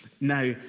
Now